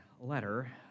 letter